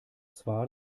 zwar